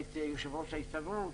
את יושב-ראש ההסתדרות,